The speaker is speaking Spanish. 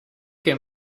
que